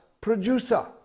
producer